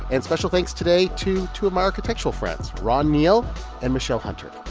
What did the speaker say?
and special thanks today to two of my architectural friends ron neal and michele hunter.